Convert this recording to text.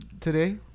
today